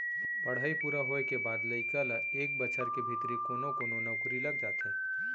पड़हई पूरा होए के बाद लइका ल एक बछर के भीतरी कोनो कोनो नउकरी लग जाथे